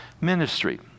ministry